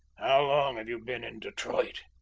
how long have you been in detroit?